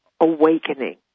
awakening